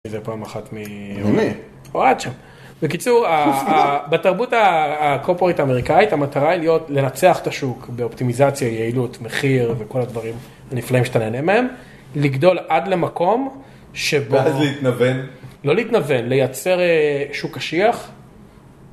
וזה פעם אחת מ... אוהד שם. בקיצור בתרבות הקורפורט האמריקאית המטרה היא להיות, לנצח את השוק באופטימיזציה יעילות מחיר וכל הדברים הנפלאים שאתה נהנה מהם לגדול עד למקום שבו -אחר כך להתנוון -לא להתנוון לייצר שוק קשיח.